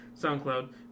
SoundCloud